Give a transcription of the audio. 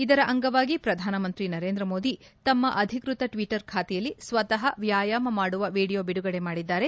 ಇದರ ಅಂಗವಾಗಿ ಪ್ರಧಾನಮಂತ್ರಿ ನರೇಂದ್ರ ಮೋದಿ ತಮ್ನ ಅಧಿಕೃತ ಟ್ವಿಟರ್ ಖಾತೆಯಲ್ಲಿ ಸ್ವತಃ ವ್ಯಾಯಾಮ ಮಾಡುವ ವಿಡಿಯೋ ಬಿಡುಗಡೆ ಮಾಡಿದ್ದಾರೆ